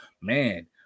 man